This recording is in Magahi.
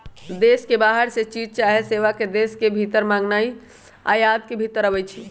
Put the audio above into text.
देश के बाहर से चीज चाहे सेवा के देश के भीतर मागनाइ आयात के भितर आबै छइ